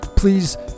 Please